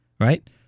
Right